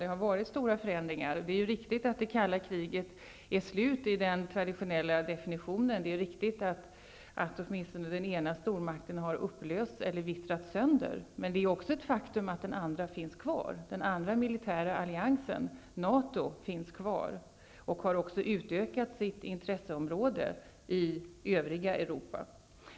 Det har alltså varit stora förändringar, och det är riktigt att det kalla kriget är slut -- enligt den traditionella definitionen. Det är riktigt att åtminstone den ena stormakten har upplösts eller vittrat sönder, men det är också ett faktum att den andra militära alliansen, NATO, finns kvar och har utökat sitt intresseområde i övriga Europa.